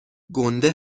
گنده